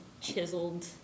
chiseled